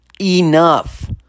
Enough